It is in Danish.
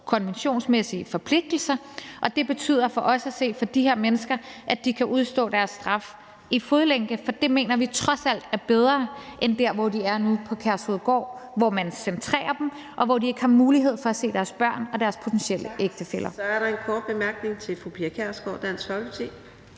konventionsmæssige forpligtigelser, og det betyder for os at se for de her mennesker, at de kan udstå deres straf i fodlænke. For det mener vi trods alt er bedre end der, hvor de er nu, på Kærshovedgård, hvor man koncentrerer dem, og hvor de ikke har mulighed for at se deres børn og deres potentielle ægtefæller. Kl. 15:02 Fjerde næstformand (Karina Adsbøl): Så er der en kort bemærkning til fru Pia Kjærsgaard, Dansk Folkeparti.